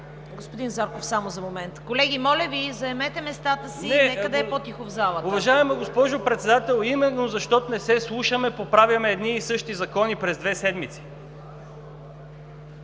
Господин Зарков, само за момент. Колеги, моля Ви, заемете местата си, нека да е по-тихо в залата. КРУМ ЗАРКОВ: Уважаема госпожо Председател, именно защото не се слушаме, поправяме едни и същи закони през две седмици.